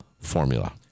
formula